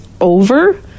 over